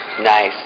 Nice